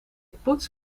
poets